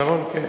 עם שרון, כן.